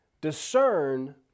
discern